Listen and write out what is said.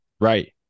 right